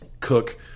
cook